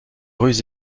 rues